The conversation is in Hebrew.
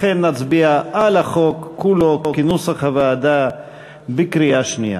לכן נצביע על החוק כולו כנוסח הוועדה בקריאה שנייה.